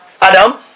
Adam